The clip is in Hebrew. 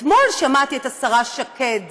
אתמול שמעתי את השרה שקד